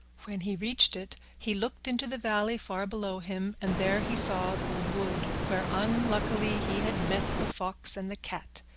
when he reached it, he looked into the valley far below him and there he saw the wood where unluckily he had met the fox and the cat,